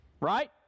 Right